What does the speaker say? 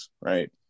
right